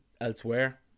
elsewhere